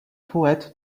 poète